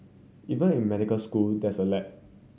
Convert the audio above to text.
even in medical school there's a lag